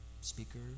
speaker